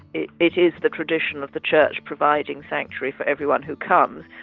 it it is the tradition of the church providing sanctuary for everyone who comes,